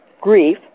grief